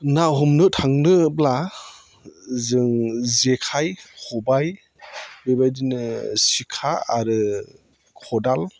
ना हमनो थांनोब्ला जों जेखाइ खबाइ बेबायदिनो सिखा आरो खदाल